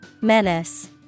Menace